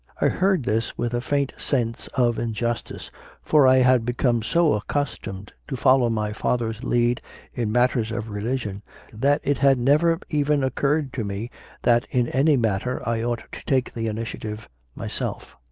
i heard this with a faint sense of injustice for i had become so accustomed to follow my father s lead in matters of religion that it had never even occurred to me that in any matter i ought to take the initia tive myself.